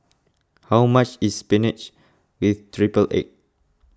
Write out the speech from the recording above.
how much is Spinach with Triple Egg